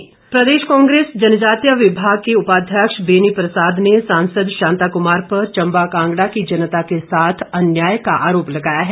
चुनाव सरगर्मियां प्रदेश कांग्रेस जनजातीय विभाग के उपाध्यक्ष बेनी प्रसाद ने सांसद शांता कुमार पर चंबा कांगड़ा की जनता के साथ अन्याय का आरोप लगाया है